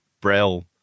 Braille